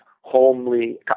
homely